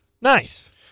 nice